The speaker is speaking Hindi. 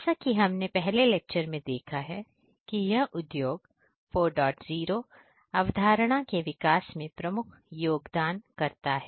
जैसा कि हमने पहले लेक्चर में देखा है के यह उद्योग 40 अवधारणा के विकास में प्रमुख योगदानकर्ता है